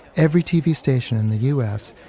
every tv station in the u s.